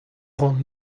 ran